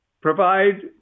Provide